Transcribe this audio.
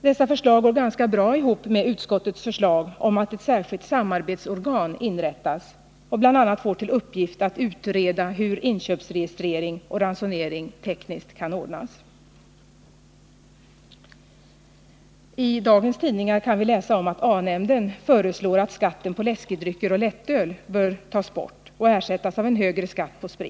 Dessa förslag går ganska bra ihop med utskottets förslag om att ett särskilt samarbetsorgan skall inrättas och bl.a. få till uppgift att utreda hur inköpsregistrering och ransonering tekniskt kan ordnas. I dagens tidningar kan vi läsa att A-nämnden föreslår att skatten på läskedrycker och lättöl skall tas bort och ersättas av en högre skatt på sprit.